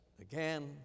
Again